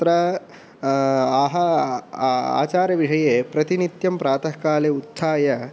तत्र आहा आचारविषये प्रतिनित्यं प्रातःकाले उत्थाय